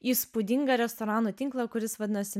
įspūdingą restoranų tinklą kuris vadinosi